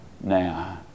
now